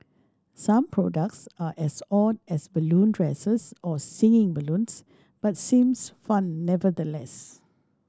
some products are as odd as balloon dresses or singing balloons but seems fun nevertheless